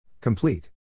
Complete